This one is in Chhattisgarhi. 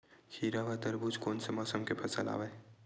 खीरा व तरबुज कोन से मौसम के फसल आवेय?